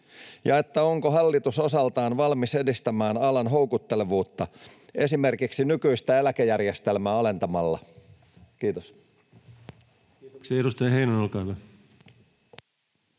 Ja onko hallitus osaltaan valmis edistämään alan houkuttelevuutta esimerkiksi nykyistä eläkeikää alentamalla? — Kiitos. [Speech 120] Speaker: